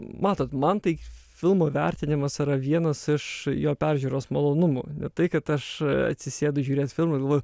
matot man tai filmo vertinimas yra vienas iš jo peržiūros malonumų tai kad aš atsisėdu žiūrėt filmą ir galvoju